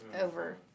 over